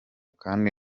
kandi